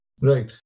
Right